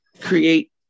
create